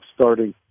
starting